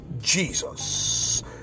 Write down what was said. jesus